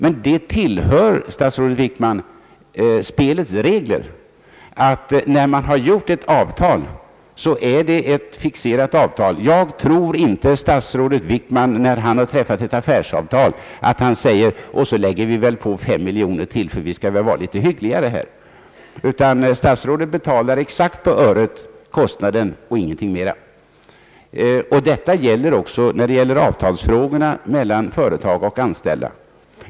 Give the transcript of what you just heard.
Men, statsrådet Wickman, det tillhör spelets regler att när man har träffat ett avtal, så skall detta vara ett fixerat avtal. Jag tror inte att statsrådet Wickman, när han har träffat ett affärsavtal, säger: Och så lägger vi på fem miljoner till, ty vi skall väl vara litet hyggligare här. Nej, statsrådet betalar exakt på öret vad det kostar och ingenting mer. Detta gäller också avtalsfrågorna mellan företag och anställda.